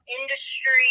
industry